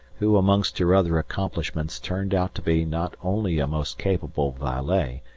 who amongst her other accomplishments turned out to be not only a most capable valet,